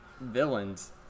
villains